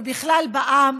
ובכלל בעם,